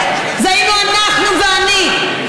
זה היינו אנחנו ואני.